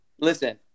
listen